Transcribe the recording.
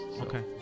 Okay